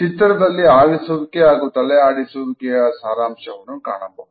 ಚಿತ್ರದಲ್ಲಿ ಆಲಿಸುವಿಕೆ ಹಾಗೂ ತಲೆ ಆಡಿಸುವಿಕೆಯ ಸಾರಾಂಶವನ್ನು ಕಾಣಬಹುದು